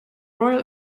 royal